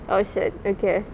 oh shit okay